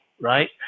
right